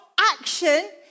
action